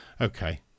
okay